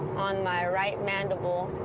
on my right mandible,